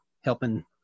helping